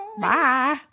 Bye